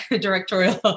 directorial